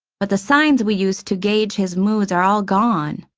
but the signs we used to gauge his moods are all gone.